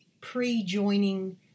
pre-joining